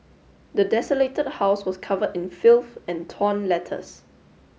the desolated house was covered in filth and torn letters